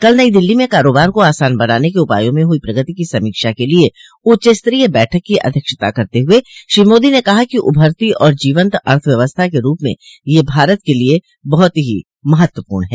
कल नई दिल्ली में कारोबार को आसान बनाने के उपायों में हुई प्रगति की समीक्षा के लिए उच्च स्तरीय बैठक की अध्यक्षता करते हुए श्री मोदी ने कहा कि उभरती और जीवन्त अर्थव्यवस्था के रूप में यह भारत के लिए बहत ही महत्वपूर्ण है